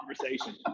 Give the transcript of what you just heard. conversation